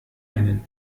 einen